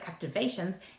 activations